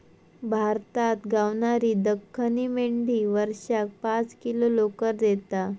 भारतात गावणारी दख्खनी मेंढी वर्षाक पाच किलो लोकर देता